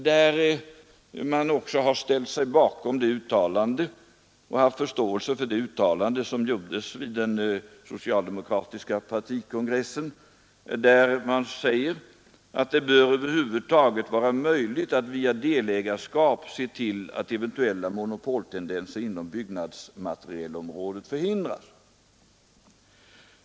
De har också ställt sig bakom och haft förståelse för de uttalanden som gjordes vid socialdemokratiska partikongressen, där det anfördes: Det bör över huvud taget vara möjligt att via delägarskap se till att eventuella monopoltendenser inom byggnadsmaterialområdet förhindras.